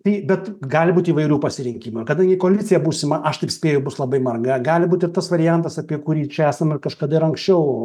tai bet gali būt įvairių pasirinkimų kadangi koalicija būsima aš taip spėju bus labai marga gali būti tas variantas apie kurį čia esame kažkada ir anksčiau